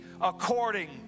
according